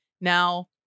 Now